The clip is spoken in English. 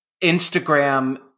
Instagram